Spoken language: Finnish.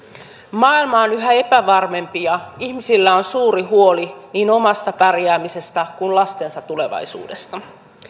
maailma on yhä epävarmempi ja ihmisillä on suuri huoli niin omasta pärjäämisestään kuin lastensa tulevaisuudesta